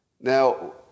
Now